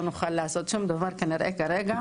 לא נוכל לעשות שום דבר כנראה כרגע